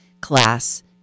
class